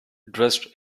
dressed